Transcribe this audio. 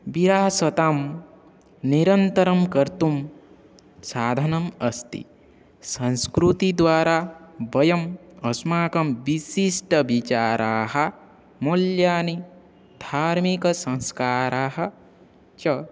विरासतां निरन्तरं कर्तुं साधनम् अस्ति संस्कृतिद्वारा वयम् अस्माकं विशिष्टाः विचाराः मौल्याः धार्मिकसंस्काराः च